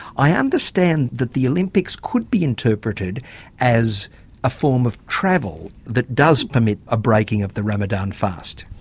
i understand that the olympics could be interpreted as a form of travel that does permit a breaking of the ramadan fast?